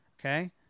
Okay